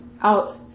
out